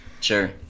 Sure